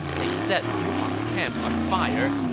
they set xu huang's camp on fire,